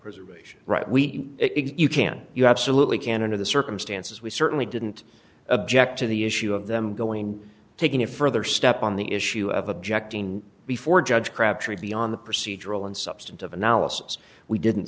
preservation right we exist you can you absolutely can under the circumstances we certainly didn't object to the issue of them going taking a further step on the issue of objecting before judge crabtree beyond the procedural and substantive analysis we didn't